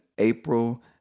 April